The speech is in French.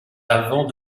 avant